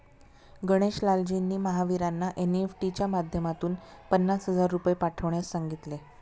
गणेश लालजींनी महावीरांना एन.ई.एफ.टी च्या माध्यमातून पन्नास हजार रुपये पाठवण्यास सांगितले